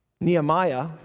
Nehemiah